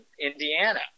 Indiana